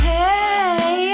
Hey